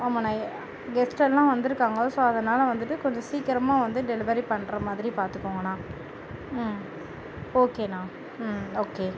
ஆமாம்ணா guest எல்லாம் வந்துருக்காங்க so அதனால வந்துதுட்டு கொஞ்சம் சீக்கிரமாக வந்து டெலிவரி பண்ணுற மாதிரி பார்த்துக்கோங்கணா ம் ஓகேண்ணா ம் ஓகே